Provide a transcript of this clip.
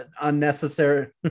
unnecessary